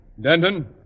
Denton